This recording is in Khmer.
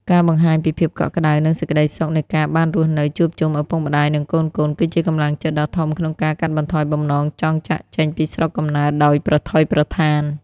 ការបង្ហាញពីភាពកក់ក្ដៅ និងសេចក្ដីសុខនៃការបានរស់នៅជួបជុំឪពុកម្ដាយ និងកូនៗ គឺជាកម្លាំងចិត្តដ៏ធំក្នុងការកាត់បន្ថយបំណងចង់ចាកចេញពីស្រុកកំណើតដោយប្រថុយប្រថាន។